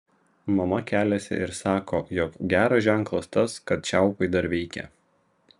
mama keliasi ir sako jog geras ženklas tas kad čiaupai dar veikia